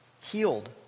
healed